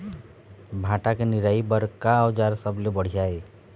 भांटा के निराई बर का औजार सबले बढ़िया ये?